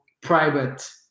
private